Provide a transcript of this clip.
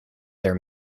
their